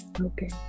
Okay